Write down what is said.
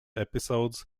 episodes